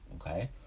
Okay